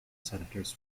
senators